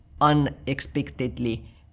unexpectedly